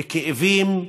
בכאבים,